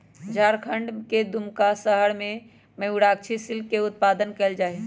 झारखंड के दुमका शहर में मयूराक्षी सिल्क के उत्पादन कइल जाहई